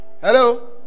Hello